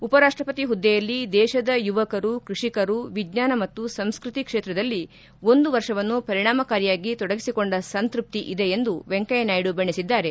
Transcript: ಉಪರಾಷ್ಸಪತಿ ಹುದ್ದೆಯಲ್ಲಿ ದೇತದ ಯುವಕರು ಕೃಷಿಕರು ವಿಜ್ಞಾನ ಮತ್ತು ಸಂಸ್ಕೃತಿ ಕ್ಷೇತ್ರದಲ್ಲಿ ಒಂದು ವರ್ಷವನ್ನು ಪರಿಣಾಮಕಾರಿಯಾಗಿ ತೊಡಗಿಸಿಕೊಂಡ ಸಂತೃಪ್ತಿ ಇದೆ ಎಂದು ವೆಂಕಯ್ಯ ನಾಯ್ದು ಬಣ್ಣಿಸಿದ್ದಾರೆ